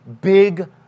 big